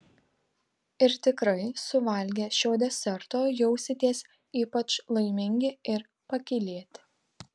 ir tikrai suvalgę šio deserto jausitės ypač laimingi ir pakylėti